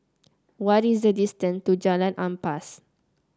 what is the distance to Jalan Ampas